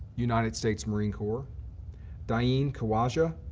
united states marine corps dayeen khawaja,